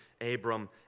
Abram